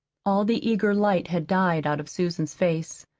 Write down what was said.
all the eager light had died out of susan's face.